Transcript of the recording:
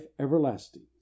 everlasting